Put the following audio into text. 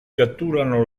catturano